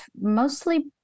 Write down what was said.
mostly